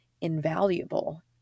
invaluable